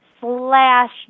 slash